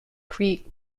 creek